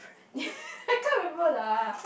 ya can't remember lah